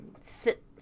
sit